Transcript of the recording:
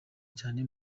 cyane